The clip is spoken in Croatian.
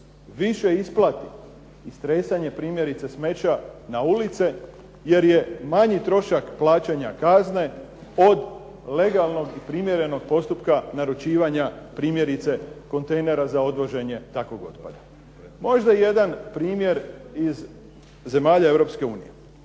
više isplati istresanje primjerice smeća na ulice jer je manji trošak plaćanja kazne od legalnog i primjerenog postupka naručivanja primjerice kontenjera za odvoženje takvog otpada. Možda jedan primjer iz zemalja